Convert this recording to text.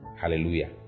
Hallelujah